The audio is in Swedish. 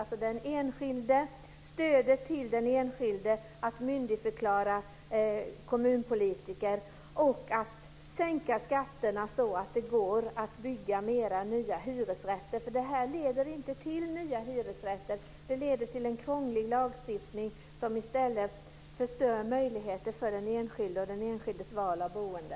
Det handlar alltså om stödet till den enskilde, om att myndigförklara kommunpolitiker och om att sänka skatterna så att det går att bygga mer nya hyresrätter. Det här leder nämligen inte till nya hyresrätter, utan det leder till en krånglig lagstiftning som i stället förstör möjligheter för den enskilde och den enskildes val av boende.